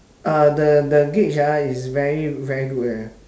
uh the the gauge ah is very very good leh